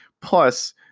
Plus